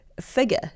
figure